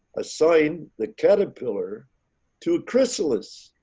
assign the caterpillar to chrysalis.